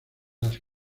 las